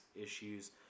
issues